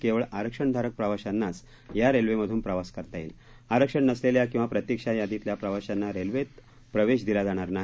केवळ आरक्षणधारक प्रवाशांनाच या रेल्वेमधून प्रवास करता येईल आरक्षण नसलेल्या किंवा प्रतीक्षा यादीतल्या प्रवाशांना रेल्वेत प्रवेश दिला जाणार नाही